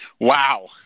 Wow